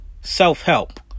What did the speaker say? self-help